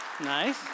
Nice